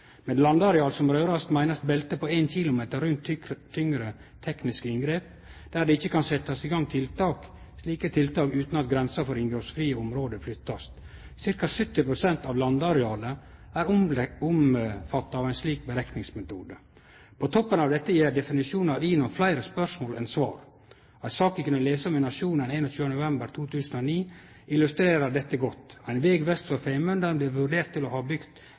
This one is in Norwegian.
Med landareal som blir rørt, meiner ein beltet på 1 km rundt tyngre tekniske inngrep, der det ikkje kan setjast i gang slike tiltak utan at grensa for inngrepsfrie område blir flytta. Cirka 70 pst. av landarealet er omfatta av ein slik berekningsmetode. På toppen av dette gjev definisjonen av INON fleire spørsmål enn svar. Ei sak vi kunne lese om i Nationen 21. november 2009, illustrerer dette godt. Ein veg vest for Femunden blir vurdert til å ha bygd